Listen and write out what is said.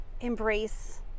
embrace